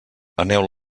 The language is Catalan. aneu